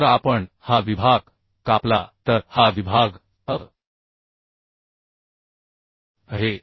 जर आपण हा विभाग कापला तर हा विभाग aआहे